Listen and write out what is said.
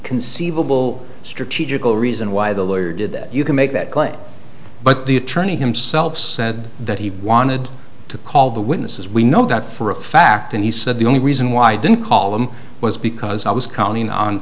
conceivable strategical reason why the lawyer did that you can make that claim but the attorney himself said that he wanted to call the witnesses we know that for a fact and he said the only reason why i didn't call them was because i was counting